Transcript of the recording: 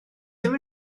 ddim